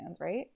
right